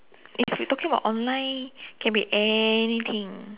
if you talking about online can be anything